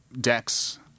decks